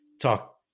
talk